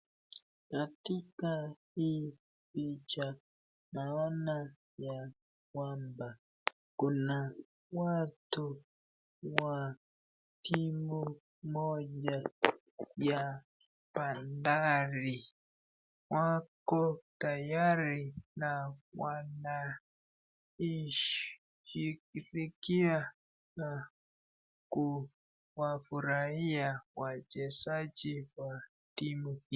Katika hii picha naona ya kwamba kuna watu wa timu moja ya bandari wako tayari na washabiki wanaifikia na kuwafurahia wachezaji wa timu hii.